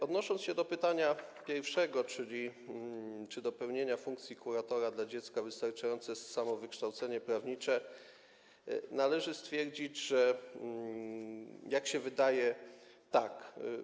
Odnosząc się do pytania pierwszego, dotyczącego pełnienia funkcji kuratora dla dziecka, czy wystarczające jest samo wykształcenie prawnicze, należy stwierdzić, że - jak się wydaje - tak.